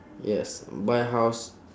yes buy house